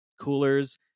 coolers